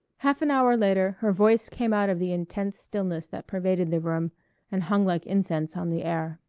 half an hour later her voice came out of the intense stillness that pervaded the room and hung like incense on the air.